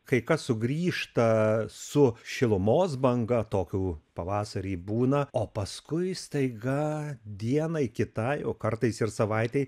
kai kas sugrįžta su šilumos banga tokių pavasarį būna o paskui staiga dienai kitai o kartais ir savaitei